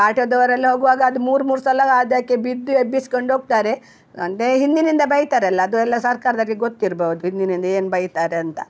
ಆಟೋದವರೆಲ್ಲ ಹೋಗುವಾಗ ಅದು ಮೂರು ಮೂರು ಸಲ ಅದಕ್ಕೆ ಬಿದ್ದು ಎಬ್ಬಿಸ್ಕೊಂಡು ಹೋಗ್ತಾರೆ ಅಂದ್ರೆ ಹಿಂದಿನಿಂದ ಬೈತಾರಲ್ಲ ಅದು ಎಲ್ಲ ಸರ್ಕಾರದವ್ರಿಗೆ ಗೊತ್ತಿರ್ಬೋದು ಹಿಂದಿನಿಂದ ಏನು ಬೈತಾರೆ ಅಂತ